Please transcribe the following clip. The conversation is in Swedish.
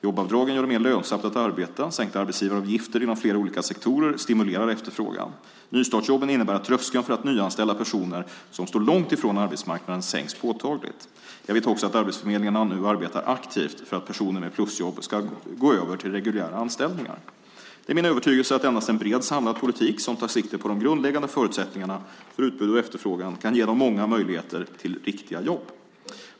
Jobbavdragen gör det mer lönsamt att arbeta. Sänkta arbetsgivaravgifter inom flera olika sektorer stimulerar efterfrågan. Nystartsjobben innebär att tröskeln för att nyanställa personer som står långt från arbetsmarknaden sänks påtagligt. Jag vet också att arbetsförmedlingarna nu arbetar aktivt för att personer med plusjobb ska gå över till reguljära anställningar. Det är min övertygelse att endast en bred samlad politik, som tar sikte på de grundläggande förutsättningarna för utbud och efterfrågan, kan ge många möjligheter till riktiga jobb.